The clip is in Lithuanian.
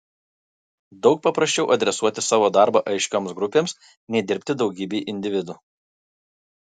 daug paprasčiau adresuoti savo darbą aiškioms grupėms nei dirbti daugybei individų